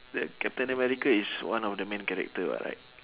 the captain america is one of the main character [what] right